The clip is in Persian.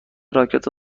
راکت